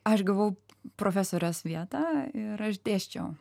aš gavau profesorės vietą ir aš dėsčiau